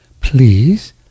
please